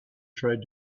tried